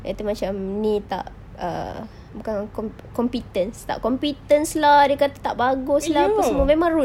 dia itu macam ini tak err bukan com~ competence tak competence lah dia kata tak bagus lah apa semua memang rude